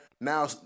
now